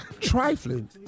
Trifling